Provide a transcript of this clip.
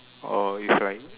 orh you try